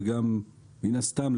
ומן הסתם,